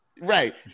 right